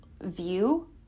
view